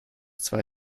zwei